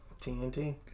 TNT